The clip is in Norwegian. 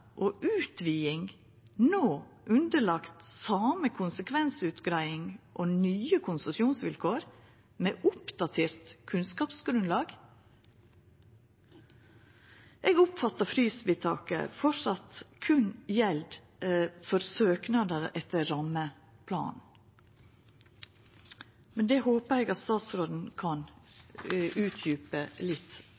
og utviding no underlagde same konsekvensutgreiing og nye konsesjonsvilkår med oppdatert kunnskapsgrunnlag? Eg oppfattar at frysvedtaket enno berre gjeld for søknader etter rammeplanen, men det håper eg at statsråden kan